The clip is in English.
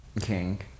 king